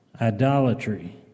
idolatry